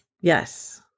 Yes